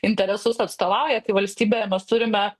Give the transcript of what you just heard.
interesus atstovauja kai valstybėje mes turime